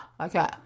okay